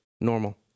normal